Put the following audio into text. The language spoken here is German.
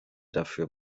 dafür